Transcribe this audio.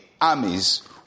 armies